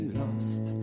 lost